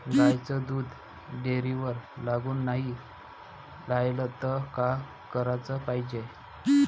गाईचं दूध डेअरीवर लागून नाई रायलं त का कराच पायजे?